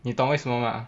你懂为什么吗